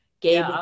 Gabe